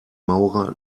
maurer